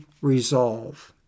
resolve